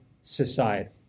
society